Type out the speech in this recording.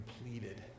completed